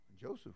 Joseph